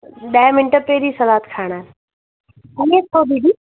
ॾह मिंट पहिरीं सलाद खाइणो हुन खां पोइ दीदी